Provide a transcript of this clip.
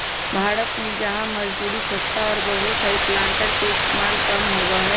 भारत में जहाँ मजदूरी सस्ता और बहुत हई प्लांटर के इस्तेमाल कम होबा हई